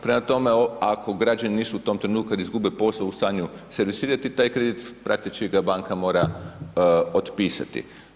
Prema tome, ako građani nisu u tom trenutku kad izgube posao u stanju servisirati, taj kredit praktički ga banka mora otpisati.